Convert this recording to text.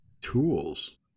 tools